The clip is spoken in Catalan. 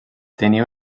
tenia